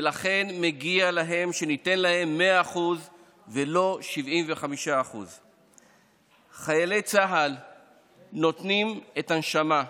ולכן מגיע להם שניתן להם 100% ולא 75%. חיילי צה"ל נותנים את הנשמה,